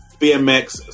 BMX